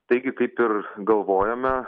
taigi kaip ir galvojome